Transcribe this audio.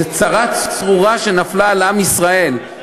זו צרה צרורה שנפלה על עם ישראל.